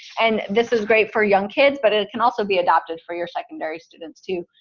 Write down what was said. and this is great for young kids, but it can also be adopted for your secondary students too.